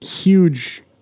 huge